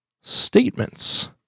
Statements